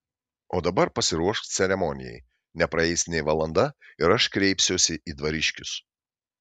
o dabar pasiruošk ceremonijai nepraeis nė valanda ir aš kreipsiuosi į dvariškius